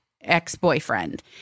ex-boyfriend